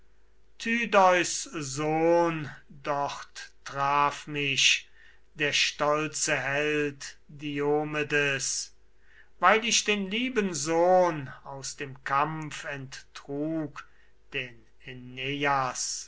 traf mich der stolze held diomedes weil ich den lieben sohn aus dem kampf enttrug den